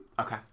Okay